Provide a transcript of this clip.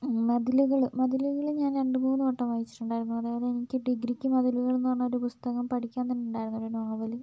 മതിലുകൾ മതിലുകൾ ഞാൻ രണ്ട് മൂന്ന് വട്ടം വായിച്ചിട്ടുണ്ടായിരുന്നു അതായത് എനിക്ക് ഡിഗ്രിക്ക് മതിലുകൾ എന്ന ഒരു പുസ്തകം പഠിക്കാൻ തന്നെ ഉണ്ടായിരുന്നു ഒരു നോവൽ